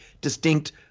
distinct